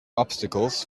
obstacles